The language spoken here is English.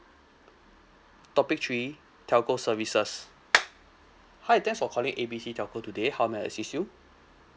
topic three telco services hi thanks for calling A B C telco today how may I assist you